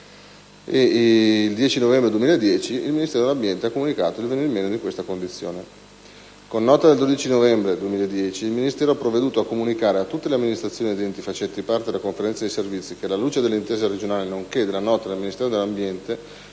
del 10 novembre 2010, il Ministero dell'ambiente ha comunicato il venir meno di questa condizione. Con nota del 12 novembre 2010, il Ministero dello sviluppo economico ha provveduto a comunicare a tutte le amministrazioni ed enti facenti parte della conferenza dei servizi che, alla luce dell'intesa regionale, nonché della nota del Ministero dell'ambiente